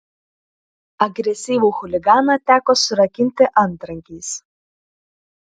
agresyvų chuliganą teko surakinti antrankiais